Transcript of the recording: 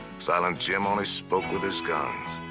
silent jim only spoke with his guns.